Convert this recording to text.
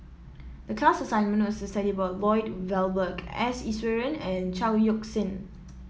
the class assignment was to study about Lloyd Valberg S Iswaran and Chao Yoke San